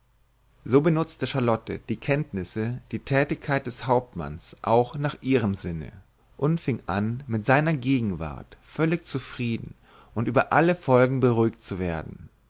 so benutzte charlotte die kenntnisse die tätigkeit des hauptmanns auch nach ihrem sinne und fing an mit seiner gegenwart völlig zufrieden und über alle folgen beruhigt zu werden